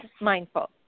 Mindful